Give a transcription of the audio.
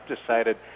decided